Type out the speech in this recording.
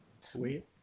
Sweet